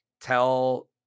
tell